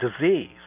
disease